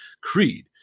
Creed